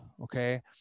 okay